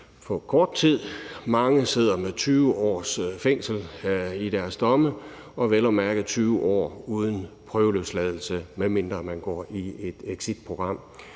i kort tid. Mange har domme på fængsel i 20 år, og det er vel at mærke 20 år uden prøveløsladelse, medmindre man går ind i et exitprogram.